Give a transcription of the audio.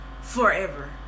forever